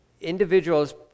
individuals